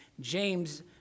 james